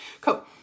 Cool